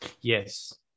Yes